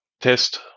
test